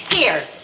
here,